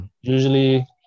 Usually